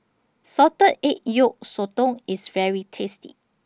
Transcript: Salted Egg Yolk Sotong IS very tasty